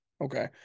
Okay